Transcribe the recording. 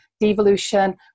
devolution